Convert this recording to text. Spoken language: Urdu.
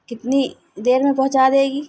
کتنی دیر میں پہنچا دے گی